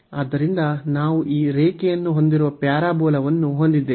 ಆದ್ದರಿಂದ ನಾವು ಈ ರೇಖೆಯನ್ನು ಹೊಂದಿರುವ ಪ್ಯಾರಾಬೋಲಾವನ್ನು ಹೊಂದಿದ್ದೇವೆ